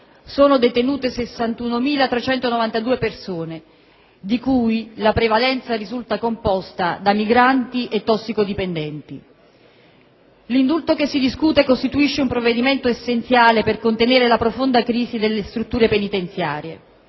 sono detenute 61.392 persone, di cui la prevalenza risulta composta da migranti e tossicodipendenti. L'indulto che si discute costituisce un provvedimento essenziale per contenere la profonda crisi delle strutture penitenziarie.